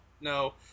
no